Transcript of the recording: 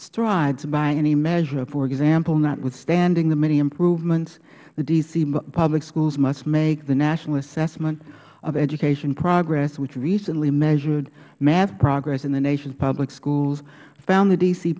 strides by any measure for example notwithstanding the many improvements the d c public schools must make the national assessment of education progress which recently measured math progress in the nation's public schools f